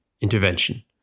intervention